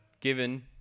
given